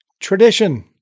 Tradition